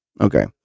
Okay